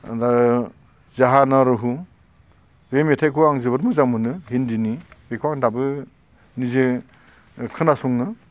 दा जाहा ना रहु बे मेथाइखौ आं जोबोद मोजां मोनो हिन्दीनि बेखौ आं दाबो निजे खोनासङो